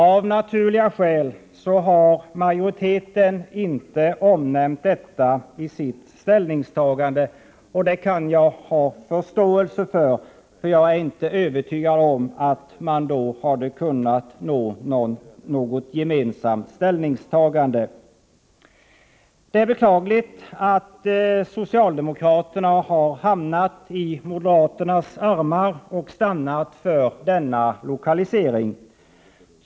Av naturliga skäl har majoriteten inte omnämnt detta i sitt ställningstagande. Jag kan ha förståelse för detta, eftersom jag inte är övertygad om att det då hade varit möjligt att komma fram till ett gemensamt ställningstagande. Det är beklagligt att socialdemokraterna har hamnat i moderaternas armar och stannat för denna lokalisering.